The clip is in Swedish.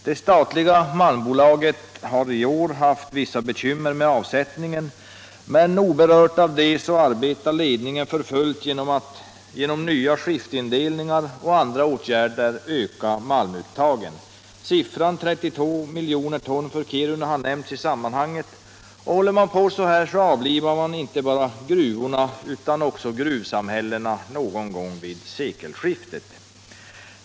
Det statliga malmbolaget har i år haft vissa bekymmer med avsättningen, men oberört av detta arbetar ledningen för fullt för att genom nya skiftindelningar och andra åtgärder öka malmuttagen. Siffran 32 miljoner ton för Kiruna har nämnts i sammanhanget, och håller man på så här så avlivar man inte bara gruvorna utan också gruvsamhällena någon gång kring sekelskiftet.